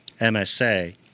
MSA